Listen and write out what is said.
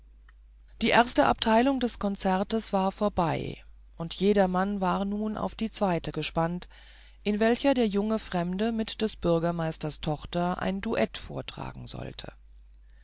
die erste abteilung des konzertes war vorbei und jedermann war nun auf die zweite gespannt in welcher der junge fremde mit des bürgermeisters tochter ein duett vortragen sollte